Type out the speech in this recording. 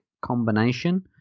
combination